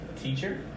teacher